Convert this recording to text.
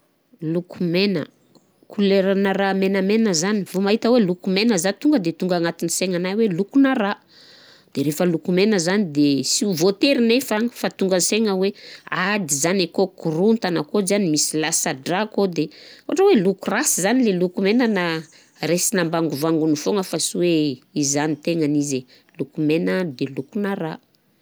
Loko mena, kolera-na raha menamena zany vô mahita hoe loko mena zah tonga de tonga agnaty saignanahy hoe lokona rà. De rehefa loko mena zany de sy ho voatery nefa an fa tonga ansaigna hoe ady zany akô, korontagna akô, zany misy lasa-drà akô, ôhatra hoe loko rasy zany e loko mena na raisina ambangovangony foana fa sy hoe izany tegnany izy e, loko mena de lokona rà.